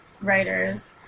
writers